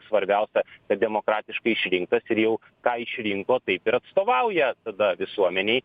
svarbiausia kad demokratiškai išrinktas ir jau ką išrinko taip ir atstovauja tada visuomenei